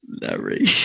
Larry